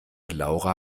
laura